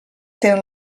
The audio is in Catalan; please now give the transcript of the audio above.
tenen